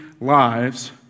lives